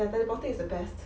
ya teleporting is the best